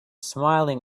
smiling